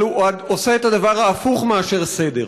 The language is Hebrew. אבל הוא עושה את הדבר ההפוך מאשר סדר.